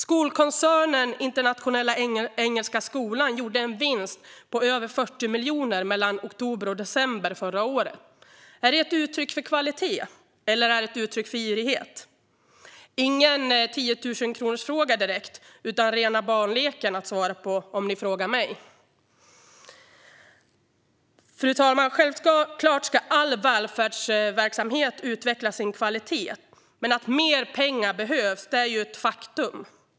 Skolkoncernen Internationella Engelska Skolan gjorde en vinst på över 40 miljoner mellan oktober och december förra året. Är det ett uttryck för kvalitet eller för girighet? Det är ingen tiotusenkronorsfråga direkt utan rena barnleken att svara på, om ni frågar mig. Fru talman! Självklart ska all välfärdverksamhet utveckla sin kvalitet, men att mer pengar behövs är ett faktum.